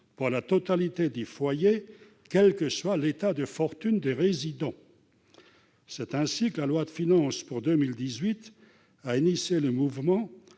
pour la totalité des foyers, quel que soit l'état de fortune des résidents. Ainsi, la loi de finances pour 2018 a initié le mouvement